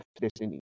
Destiny